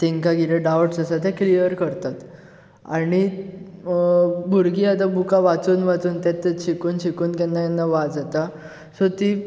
तेंकां कितें डावट्स आसा ते क्लियर करतात आनी भुरगीं आतां बुकां वाचून वाचून तेंच तेंच शिकून शिकून केन्ना केन्ना वाजेता सो तीं